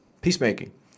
peacemaking